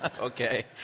Okay